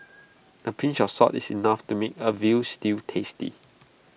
A pinch of salt is enough to make A Veal Stew tasty